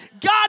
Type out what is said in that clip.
God